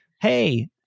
hey